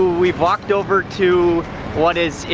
we've walked over to what is,